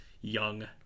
young